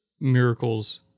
miracles